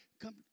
come